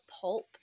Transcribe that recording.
pulp